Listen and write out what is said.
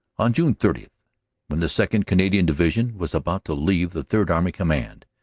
on june thirty, when the second. canadian division was about to leave the third army command,